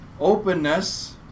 openness